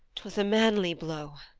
twas a manly blow